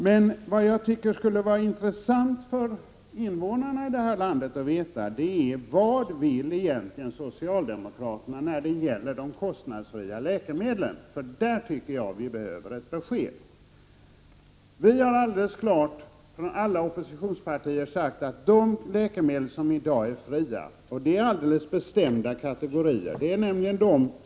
Jag tycker emellertid att det skulle vara intressant för invånarna i det här landet att veta vad socialdemokraterna egentligen vill när det gäller de kostnadsfria läkemedlen. Jag anser att vi behöver ett besked i denna fråga. Alla oppositionspartier har sagt att de läkemedel som i dag är kostnadsfria skall vara det även i fortsättningen. Detta gäller alldeles bestämda kategorier av läkemedel.